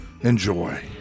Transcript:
enjoy